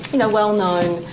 know well known